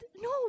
no